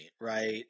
Right